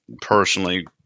personally